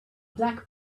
black